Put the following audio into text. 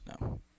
No